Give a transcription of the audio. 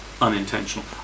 unintentional